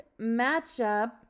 matchup